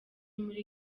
muri